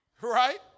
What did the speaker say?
Right